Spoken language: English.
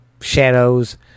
shadows